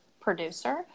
producer